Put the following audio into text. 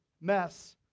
mess